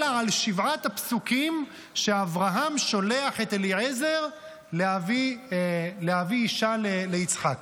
אלא על שבעת הפסוקים שבהם אברהם שולח את אליעזר להביא אישה ליצחק.